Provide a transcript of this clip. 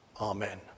Amen